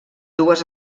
dues